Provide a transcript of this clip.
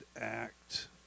act